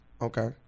Okay